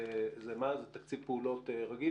זה תקציב פעולות רגיל?